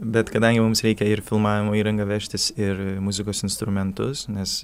bet kadangi mums reikia ir filmavimo įrangą vežtis ir muzikos instrumentus nes